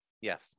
Yes